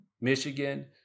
Michigan